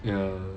you know